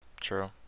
True